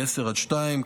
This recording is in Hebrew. מ-10:00 עד 14:00,